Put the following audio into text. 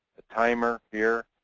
a timer here,